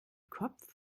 kopf